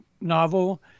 novel